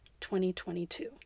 2022